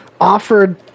offered